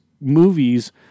movies